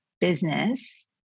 business